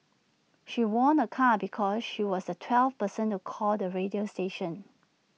she won A car because she was the twelfth person to call the radio station